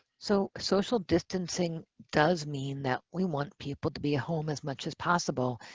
so social distancing does mean that we want people to be home as much as possible.